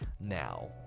now